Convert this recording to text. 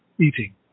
eating